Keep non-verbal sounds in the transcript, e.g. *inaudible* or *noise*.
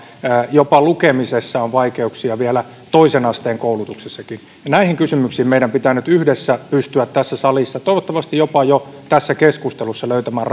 jopa lukemisessa on vaikeuksia vielä toisen asteen koulutuksessakin näihin kysymyksiin meidän pitää nyt yhdessä pystyä tässä salissa toivottavasti jopa jo tässä keskustelussa löytämään *unintelligible*